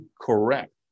correct